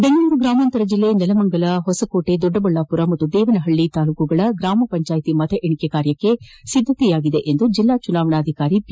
ಬೆಂಗಳೂರು ಗ್ರಾಮಾಂತರ ಜಿಲ್ಲೆಯ ನೆಲಮಂಗಲ ಹೊಸಕೋಟೆ ದೊಡ್ಡಬಳ್ಳಾಪುರ ಮತ್ತು ದೇವನಹಳ್ಳಿ ತಾಲ್ಲೂಕುಗಳ ಗ್ರಾಮ ಪಂಚಾಯತಿಯ ಮತ ಎಣಿಕೆ ಕಾರ್ಯಕ್ಕೆ ಸಿದ್ದತೆ ಮಾಡಿಕೊಳ್ಳಲಾಗಿದೆ ಎಂದು ಜಿಲ್ಲಾ ಚುನಾವಣಾಧಿಕಾರಿ ಪಿ